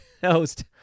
host